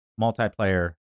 multiplayer